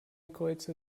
kreuzer